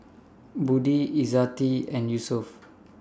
Budi Izzati and Yusuf